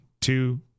two